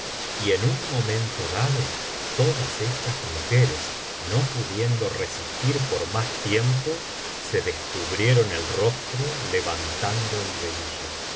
y en un momento dado todas estas mujeres no pudiendo resistir por más tiempo se descubrieron el rostro levantando el velillo